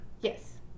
Yes